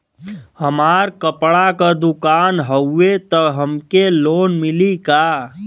हमार कपड़ा क दुकान हउवे त हमके लोन मिली का?